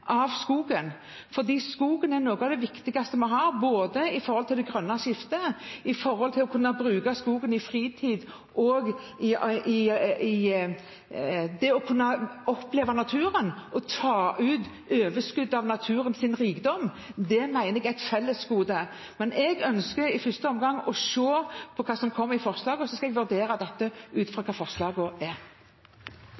det viktigste vi har både når det gjelder det grønne skiftet, det å kunne bruke skogen i fritiden og å kunne oppleve naturen, og å ta ut overskuddet av naturens rikdom. Det mener jeg er et fellesgode. Men jeg ønsker i første omgang å se på hva som kommer i forslagene, og så skal jeg vurdere dette ut fra